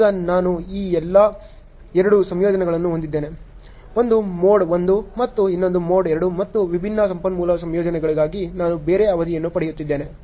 ಈಗ ನಾನು ಇಲ್ಲಿ ಎರಡು ಸಂಯೋಜನೆಗಳನ್ನು ಹೊಂದಿದ್ದೇನೆ ಒಂದು ಮೋಡ್ 1 ಮತ್ತು ಇನ್ನೊಂದು ಮೋಡ್ 2 ಮತ್ತು ವಿಭಿನ್ನ ಸಂಪನ್ಮೂಲ ಸಂಯೋಜನೆಗಳಿಗಾಗಿ ನಾನು ಬೇರೆ ಅವಧಿಯನ್ನು ಪಡೆಯುತ್ತಿದ್ದೇನೆ